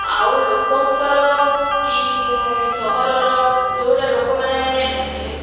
ଆଉ ଲୋକଙ୍କର କି ସହରର ଯେଉଁଟା ଲୋକମାନେ